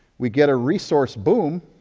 we get a resource boom,